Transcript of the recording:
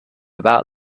about